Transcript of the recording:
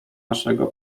naszego